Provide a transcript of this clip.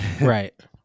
Right